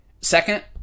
Second